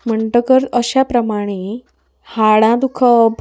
म्हणटकच अशा प्रमाणें हाडां दुखप